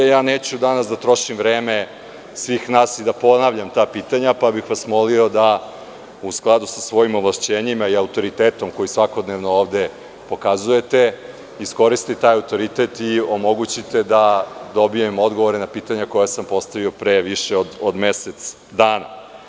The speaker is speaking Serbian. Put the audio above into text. Neću danas da trošim vreme svih nas i da ponavljam ta pitanja, pa bih vas molio da u skladu sa svojim ovlašćenjima i autoritetom koji svakodnevno ovde pokazujete, iskoristite taj autoritet i omogućite da dobijem odgovor na pitanja koja sam postavio pre više od mesec dana.